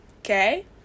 okay